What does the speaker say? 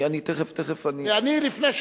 אני לפני שנה,